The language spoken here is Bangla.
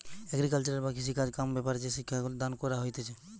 এগ্রিকালচার বা কৃষিকাজ কাম ব্যাপারে যে শিক্ষা দান কইরা হতিছে